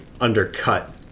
undercut